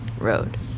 road